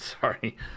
sorry